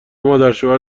مادرشوهر